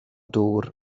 dŵr